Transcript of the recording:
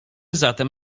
zatem